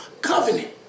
covenant